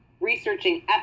researching